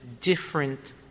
different